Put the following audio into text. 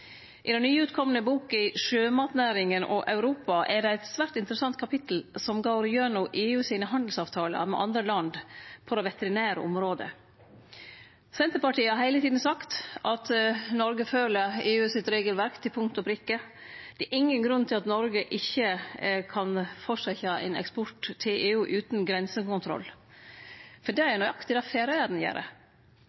I den nyutkomne boka «Sjømatnæringen og Europa» er det eit svært interessant kapittel som går gjennom EU sine handelsavtalar med andre land på det veterinære området. Senterpartiet har heile tida sagt at Noreg følgjer EU-regelverket til punkt og prikke. Det er ingen grunn til at Noreg ikkje kan fortsetje ein eksport til EU utan grensekontroll, for det